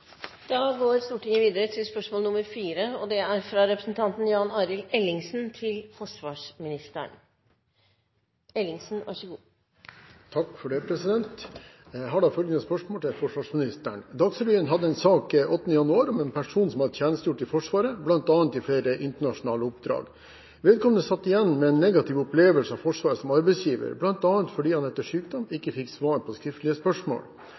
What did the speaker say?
Jeg har følgende spørsmål til forsvarsministeren: «Dagsrevyen hadde en sak 8. januar om en person som hadde tjenestegjort i Forsvaret, bl.a. i flere internasjonale oppdrag. Vedkommende satt igjen med en negativ opplevelse av Forsvaret som arbeidsgiver, bl.a. fordi han etter sykdom ikke fikk svar på skriftlig spørsmål.